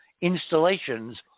installations